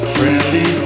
Friendly